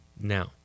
Now